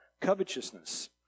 covetousness